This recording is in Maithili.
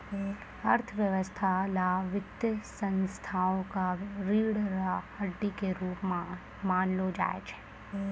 अर्थव्यवस्था ल वित्तीय संस्थाओं क रीढ़ र हड्डी के रूप म मानलो जाय छै